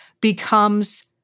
becomes